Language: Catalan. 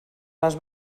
les